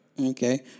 Okay